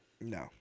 No